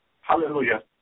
Hallelujah